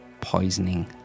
poisoning